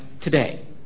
today